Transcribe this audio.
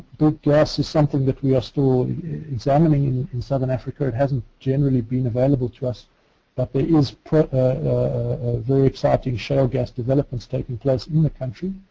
big gas is something that we are still examining in in southern africa. it hasn't generally been available to us but there is very exciting shale gas developments taking place in the country.